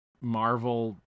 Marvel